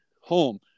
home